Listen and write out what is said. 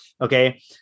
Okay